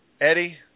Eddie